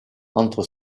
entre